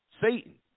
Satan